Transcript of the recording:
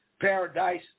paradise